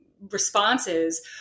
responses